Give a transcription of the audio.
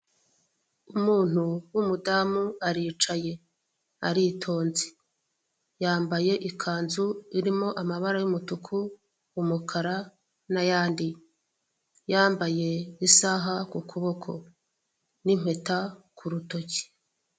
Umuntu w'umudamu aricaye aritonze yambaye ikanzu irimo amabara y'umutuku, umukara n'ayandi yambaye isaha ku kuboko n'impeta ku rutoki.